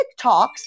TikToks